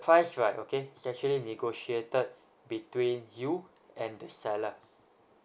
price right okay it's actually negotiated between you and the seller